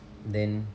then